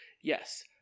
Yes